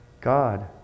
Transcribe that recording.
God